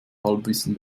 halbwissen